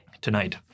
Tonight